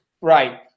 Right